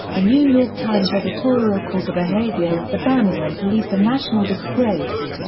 a new york times editorial called the behavior of the birmingham police a national disgrace.